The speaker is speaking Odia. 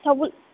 ସବୁ